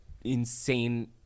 insane